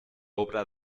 obra